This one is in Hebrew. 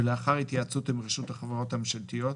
ולאחר התייעצות עם רשות החברות הממשלתיות,